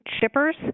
shippers